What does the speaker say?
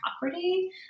property